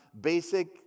basic